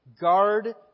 Guard